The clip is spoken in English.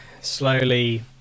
slowly